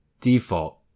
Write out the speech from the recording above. default